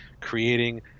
creating